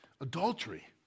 Adultery